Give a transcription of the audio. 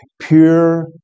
pure